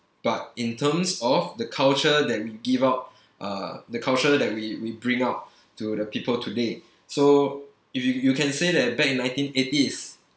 but in terms of the culture that we give out uh the culture that we we bring out to the people today so if you you can say that back in nineteen eighties